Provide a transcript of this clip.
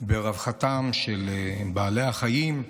ברווחתם של בעלי החיים,